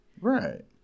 right